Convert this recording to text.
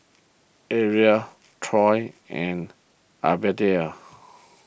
Erla Toy and Abdiel